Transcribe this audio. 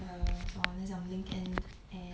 err 什么啊 doing some LinkedIn